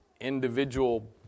individual